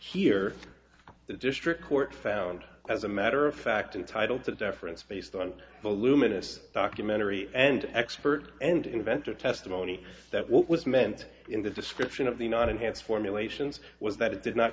here the district court found as a matter of fact entitled the deference based on the luminous documentary and expert and inventor testimony that what was meant in the description of the not enhanced formulations was that it did not